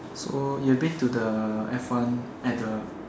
so you been to the F one at the